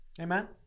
Amen